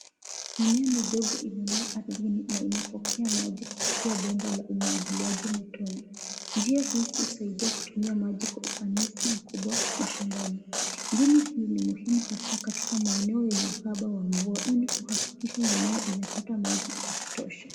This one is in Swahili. Mimea midogo imemea ardhini na inapokea maji kupitia bomba la umwagiliaji matone. Njia hii husaidia kutumia maji kwa ufanisi mkubwa mashambani. Mbinu hii ni muhimu hasa katika maeneo yenye uhaba wa mvua, ili kuhakikisha mimea imepata maji ya kutosha.